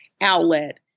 outlet